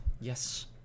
yes